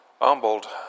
humbled